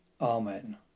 Amen